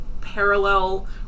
parallel